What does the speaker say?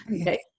Okay